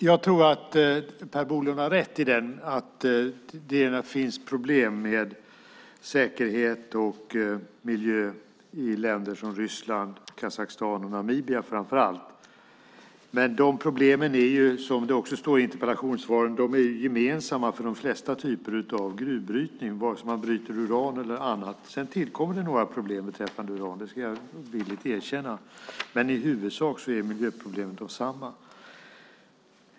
Jag tror att Per Bolund har rätt i att det finns problem med säkerhet och miljö i länder som Ryssland, Kazakstan och Namibia framför allt. Men de problemen är, som det står i interpellationssvaret, gemensamma för de flesta typer av gruvbrytning vare sig man bryter uran eller annat. Sedan tillkommer det några problem beträffande uran, det ska jag villigt erkänna. Men i huvudsak är miljöproblemen desamma.